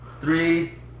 three